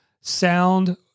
sound